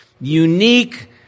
unique